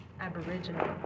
Aboriginal